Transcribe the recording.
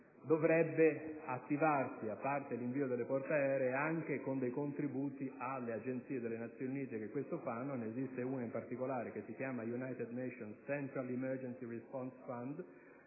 la parola data, dovrebbe attivarsi, a parte l'invio delle portaerei, anche con contributi alle agenzie delle Nazioni Unite che si occupano